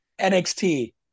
NXT